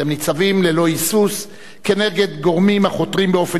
אתם ניצבים ללא היסוס כנגד גורמים החותרים באופן